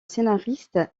scénariste